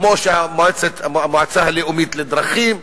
כמו במועצה הלאומית לדרכים.